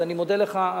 אז אני מודה לך,